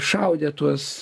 šaudė tuos